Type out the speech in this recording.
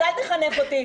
אז אל תחנך אותי.